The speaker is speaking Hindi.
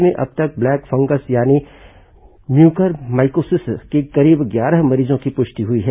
राज्य में अब तक ब्लैक फंगस यानी म्यूकरमाइकोसिस के करीब ग्यारह मरीजों की पुष्टि हुई है